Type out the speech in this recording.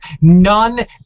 None